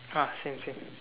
ah same same